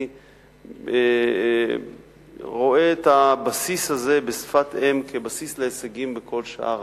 אני רואה את הבסיס הזה בשפת אם כבסיס להישגים בכל שאר